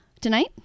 Tonight